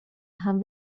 han